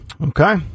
okay